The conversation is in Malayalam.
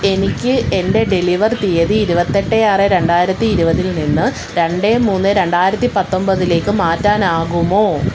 എനിക്ക് എന്റെ ഡെലിവർ തീയതി ഇരുപത്തെട്ട് ആറ് രണ്ടായിരത്തി ഇരുപതിൽ നിന്ന് രണ്ട് മൂന്ന് രണ്ടായിരത്തി പത്തൊമ്പതിലേക്ക് മാറ്റാനാകുമോ